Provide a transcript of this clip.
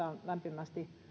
on lämpimästi